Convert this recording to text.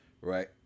right